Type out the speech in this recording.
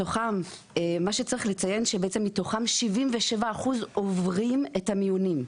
ומה שצריך לציין, מתוכם 77% עוברים את המיונים,